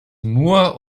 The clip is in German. nur